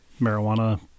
marijuana